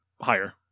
higher